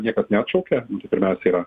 niekad neatšaukė pirmiausia yra